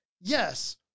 Yes